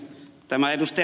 tämä ed